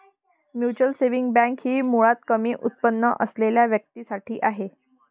mutual saving bank ही मुळात कमी उत्पन्न असलेल्या व्यक्तीं साठी आहे